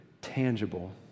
tangible